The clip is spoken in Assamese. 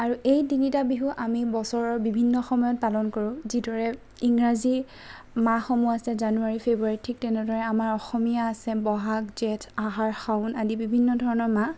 আৰু এই তিনিটা বিহু আমি বছৰৰ বিভিন্ন সময়ত পালন কৰোঁ যিদৰে ইংৰাজী মাহসমূহ আছে জানুৱাৰী ফ্ৰেব্ৰুৱাৰী ঠিক তেনেদৰে আমাৰ অসমীয়া আছে বহাগ জেঠ আহাৰ শাওন আদি বিভিন্ন ধৰণৰ মাহ